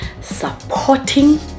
supporting